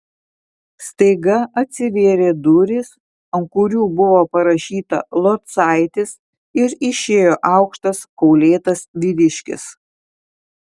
staiga atsivėrė durys ant kurių buvo parašyta locaitis ir išėjo aukštas kaulėtas vyriškis